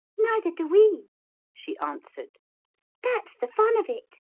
neither do we she answered that's the fun of it.